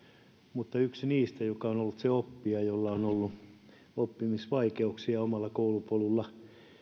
mutta olen yksi niistä joka on ollut se oppija jolla on ollut oppimisvaikeuksia omalla koulupolullaan